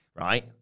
right